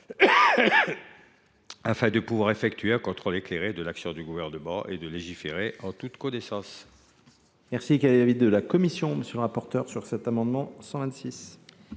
afin de pouvoir effectuer un contrôle éclairé de l’action du Gouvernement et légiférer ainsi en toute connaissance